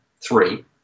three